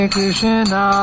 Krishna